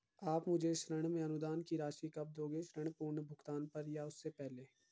आप मुझे ऋण में अनुदान की राशि कब दोगे ऋण पूर्ण भुगतान पर या उससे पहले?